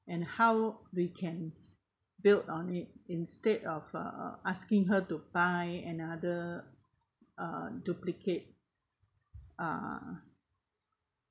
and how we can build on it instead of uh asking her to buy another uh duplicate uh